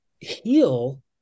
heal